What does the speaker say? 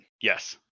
yes